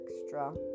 extra